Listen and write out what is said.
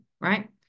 right